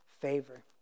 favor